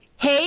Hey